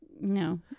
No